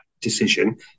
decision